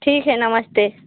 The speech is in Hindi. ठीक है नमस्ते